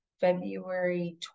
february